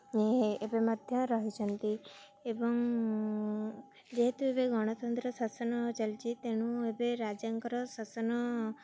ଏବେ ମଧ୍ୟ ରହିଛନ୍ତି ଏବଂ ଯେହେତୁ ଏବେ ଗଣତନ୍ତ୍ର ଶାସନ ଚାଲିଛି ତେଣୁ ଏବେ ରାଜାଙ୍କର ଶାସନ